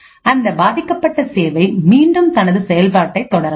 அந்த பாதிக்கப்பட்ட சேவை மீண்டும் தனது செயல்பாட்டை தொடரலாம்